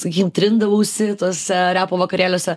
sakykim trindavausi tuose repo vakarėliuose